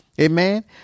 Amen